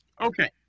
Okay